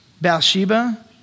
Bathsheba